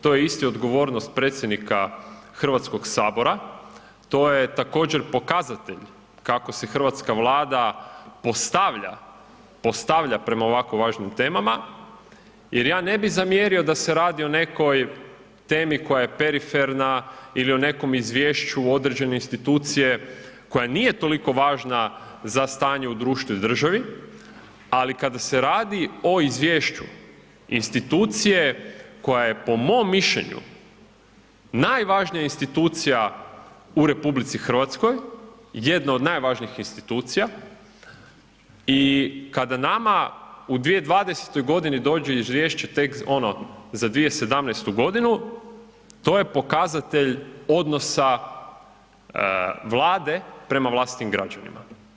To su, to je isto odgovornost predsjednika HS, to je također pokazatelj kako se hrvatska Vlada postavlja, postavlja prema ovako važnim temama jer ja ne bi zamjerio da se radi o nekoj temi koja je periferna ili o nekom izvješću određene institucije koja nije toliko važna za stanje u društvu i državi, ali kada se radi o izvješću institucije koja je po mom mišljenju najvažnija institucija u RH, jedna od najvažnijih institucija i kada nama u 2020.g. dođe izvješće tek ono za 2017.g. to je pokazatelj odnosa Vlade prema vlastitim građanima.